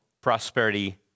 prosperity